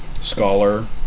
scholar